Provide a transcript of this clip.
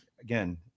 Again